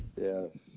Yes